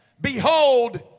behold